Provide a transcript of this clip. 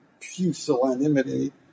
pusillanimity